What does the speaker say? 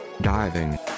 Diving